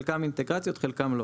חלקם אינטגרציות חלקם לא.